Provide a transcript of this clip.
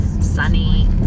sunny